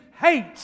hate